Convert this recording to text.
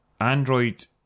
Android